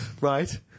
Right